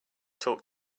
talk